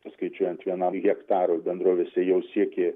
paskaičiuojant vienam hektarui bendrovėse jau siekė